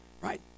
right